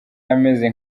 ameze